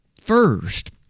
First